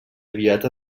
aviat